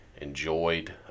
enjoyed